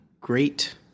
Great